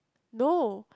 no